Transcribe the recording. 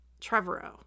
Trevorrow